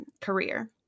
career